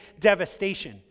devastation